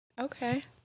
Okay